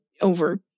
over